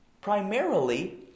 primarily